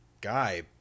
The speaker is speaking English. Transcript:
guy